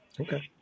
Okay